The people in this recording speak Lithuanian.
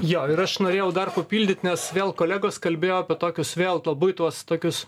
jo ir aš norėjau dar papildyt nes vėl kolegos kalbėjo apie tokius vėl labai tuos tokius